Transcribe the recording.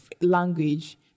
language